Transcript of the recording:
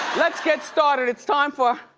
let's get started, it's time for.